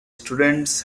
students